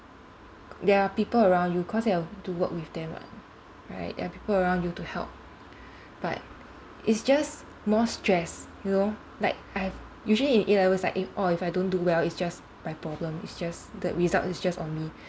there are people around you cause you have to do work with them what right there are people around you to help but it's just more stress you know like I have like usually in A levels like oh if I don't do well it's just my problem it's just the results is just on me